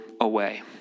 away